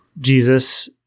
Jesus